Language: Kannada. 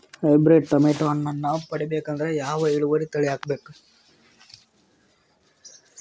ಹೈಬ್ರಿಡ್ ಟೊಮೇಟೊ ಹಣ್ಣನ್ನ ಪಡಿಬೇಕಂದರ ಯಾವ ಇಳುವರಿ ತಳಿ ಹಾಕಬೇಕು?